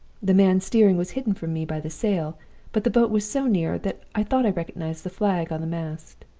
the man steering was hidden from me by the sail but the boat was so near that i thought i recognized the flag on the mast.